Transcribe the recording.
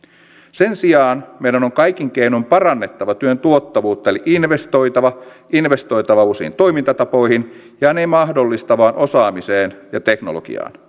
sen sijaan meidän on kaikin keinoin parannettava työn tuottavuutta eli investoitava investoitava uusiin toimintatapoihin ja ne mahdollistavaan osaamiseen ja teknologiaan